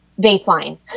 baseline